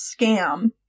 scam